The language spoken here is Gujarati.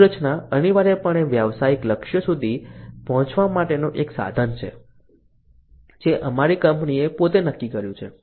વ્યૂહરચના અનિવાર્યપણે વ્યવસાયિક લક્ષ્યો સુધી પહોંચવા માટેનું એક સાધન છે જે અમારી કંપનીએ પોતે નક્કી કર્યું છે